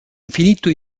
infinito